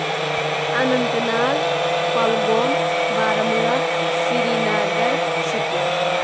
Anant Nag Kulgam Baramulla Srinagar Shopian